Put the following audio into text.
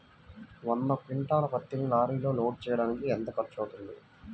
వంద క్వింటాళ్ల పత్తిని లారీలో లోడ్ చేయడానికి ఎంత ఖర్చవుతుంది?